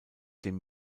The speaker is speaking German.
dem